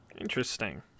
interesting